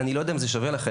אני לא יודע אם זה שווה לכם,